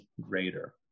greater